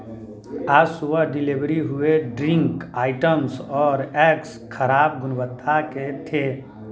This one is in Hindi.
आज सुबह डिलेवरी हुए ड्रिंक आइटम्स और एग्स खराब गुणवत्ता के थे